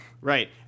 right